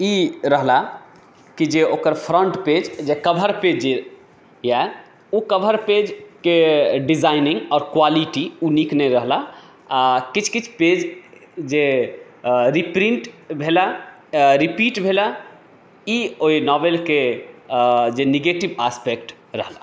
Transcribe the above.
ई रहला की जे ओकर फ़्रंट पेज जे कवर पेज यऽ ओ कवर पेजके डिज़ाइनिङ्ग आओर क्वालिटी ओ नीक नहि रहला आ किछु किछु पेज जे रिप्रिंट भेला रीपीट भेला ई ओहि नोवलके जे निगेटिव आस्पेक्ट रहला